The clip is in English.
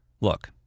Look